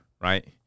right